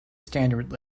standard